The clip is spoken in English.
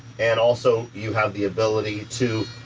and also you have the ability to